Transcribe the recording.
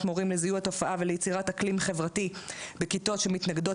מורים לזיהוי התופעה וליצירת אקלים חברתי בכיתות שמתנגדות